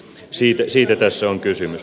siitä tässä on kysymys